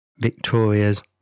Victoria's